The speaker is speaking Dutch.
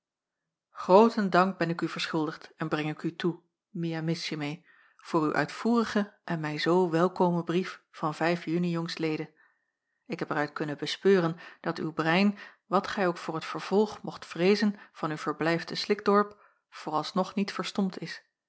grooten dank ben ik u verschuldigd en breng ik u toe mi amicissime voor uw uitvoerigen en mij zoo welkomen brief van uni j l ik heb er uit kunnen bespeuren dat uw brein wat gij ook voor het vervolg mocht vreezen van uw verblijf te slikdorp vooralsnog niet verstompt is